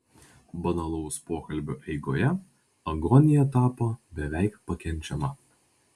banalaus pokalbio eigoje agonija tapo beveik pakenčiama